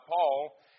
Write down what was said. Paul